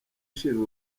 ishinzwe